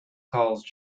calls